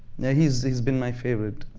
yeah he's he's been my favorite.